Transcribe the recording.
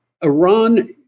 Iran